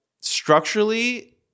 structurally